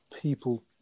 people